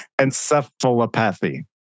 Encephalopathy